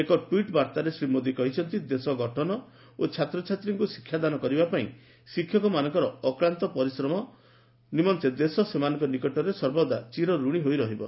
ଏକ ଟିଟ୍ ବାର୍ଉାରେ ଶ୍ରୀ ମୋଦୀ କହିଛନ୍ତି ଦେଶ ଗଠନ ଓ ଛାତ୍ରଛାତ୍ରୀମାନଙ୍କୁ ଶିକ୍ଷାଦାନ କରିବା ପାଇଁ ଶିକ୍ଷକମାନଙ୍କର ଅକ୍ଲାନ୍ଡ ପରିଶ୍ରମ ପାଇଁ ଦେଶ ସେମାନଙ୍କ ନିକଟରେ ସର୍ବଦା ଚିରରଣୀ ରହିବ